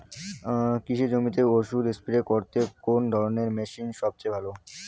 কৃষি জমিতে ওষুধ স্প্রে করতে কোন ধরণের মেশিন সবচেয়ে ভালো?